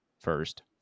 first